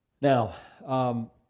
Now